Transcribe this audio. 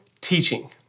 teaching